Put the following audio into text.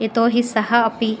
यतोहि सः अपि